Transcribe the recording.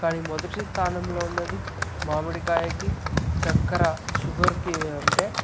కానీ మొదటి స్థానంలో ఉన్నది మామిడికాయకి చక్కెర షుగర్కి అంటే